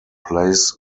plays